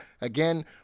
Again